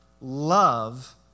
love